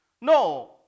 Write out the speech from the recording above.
No